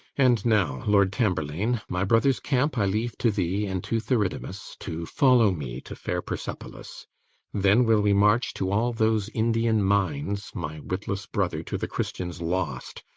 and now, lord tamburlaine, my brother's camp i leave to thee and to theridamas, to follow me to fair persepolis then will we march to all those indian mines my witless brother to the christians lost,